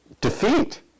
defeat